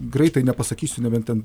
greitai nepasakysiu nebent ten